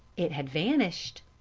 it had vanished.